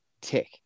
tick